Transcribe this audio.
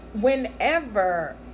whenever